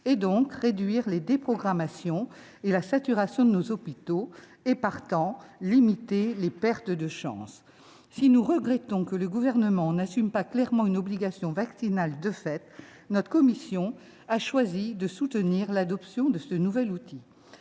aussi réduire les déprogrammations, la saturation de nos hôpitaux et, partant, limiter les pertes de chance. Si nous regrettons que le Gouvernement n'assume pas clairement une obligation vaccinale de fait, notre commission a choisi de soutenir l'adoption de ce nouvel outil.